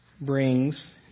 brings